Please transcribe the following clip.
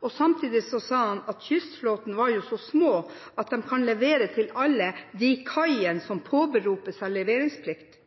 og samtidig sa han at kystflåten er såpass liten at den kan levere til alle de kaiene som påberoper seg leveringsplikt.